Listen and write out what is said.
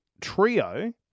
Trio